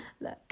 Look